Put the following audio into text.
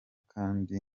kandi